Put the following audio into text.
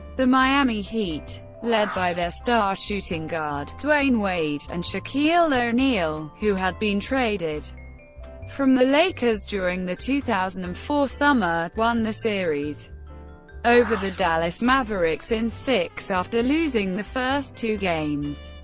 the miami heat, led by their star shooting guard, dwyane wade, and shaquille o'neal, who had been traded from the lakers during the two thousand and four summer, won the series over the dallas mavericks in six after losing the first two games.